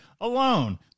alone